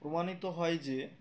প্রমাণিত হয় যে